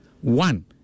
one